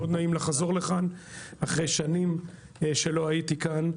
מאוד נעים לחזור לכאן אחרי שנים שלא הייתי כאן,